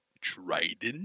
trident